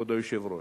כבוד היושב-ראש,